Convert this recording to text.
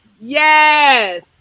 Yes